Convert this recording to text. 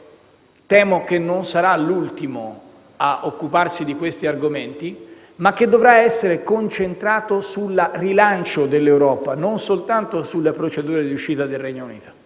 temo non sarà l'ultimo ad occuparsi di questi argomenti, ma che dovrà essere concentrato sul rilancio dell'Europa, non soltanto sulle procedure di uscita del Regno Unito.